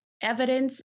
evidence